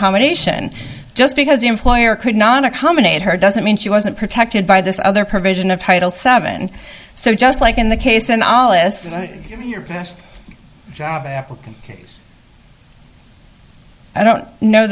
accommodation just because the employer could nonna combinator doesn't mean she wasn't protected by this other provision of title seven so just like in the case and all is your best job i don't know